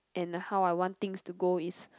and how I want things to go is